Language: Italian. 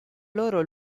loro